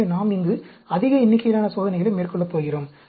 எனவே நாம் இங்கு அதிக எண்ணிக்கையிலான சோதனைகளை மேற்கொள்ளப் போகிறோம்